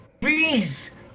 Please